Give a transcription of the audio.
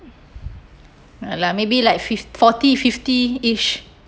like maybe like fifth forty fifty-ish